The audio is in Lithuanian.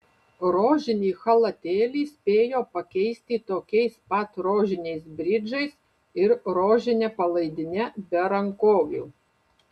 rožinį chalatėlį spėjo pakeisti tokiais pat rožiniais bridžais ir rožine palaidine be rankovių